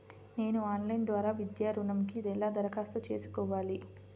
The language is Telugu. నేను ఆన్లైన్ ద్వారా విద్యా ఋణంకి ఎలా దరఖాస్తు చేసుకోవాలి?